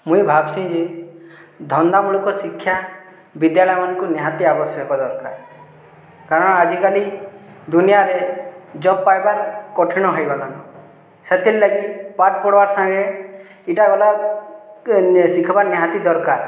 ମୁଇଁ ଭାବ୍ସି ଯେ ଧନ୍ଦାମୁଳକ ଶିକ୍ଷା ବିଦ୍ୟାଳୟମାନ୍କୁ ନିହାତି ଆବଶ୍ୟକ ଦର୍କାର୍ କାରଣ ଆଜିକାଲି ଦୁନିଆରେ ଜବ୍ ପାଏବାର୍ କଠିନ୍ ହେଇଗଲାନ ସେଥିର୍ଲାଗି ପାଠ ପଢ଼୍ବା ସାଙ୍ଗେ ଇଟା ଗଲା ଶିଖ୍ବାର୍ ନିହାତି ଦର୍କାର୍